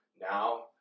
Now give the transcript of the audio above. now